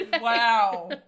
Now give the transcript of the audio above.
Wow